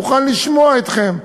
מוכן לשמוע אתכם,